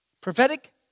Prophetic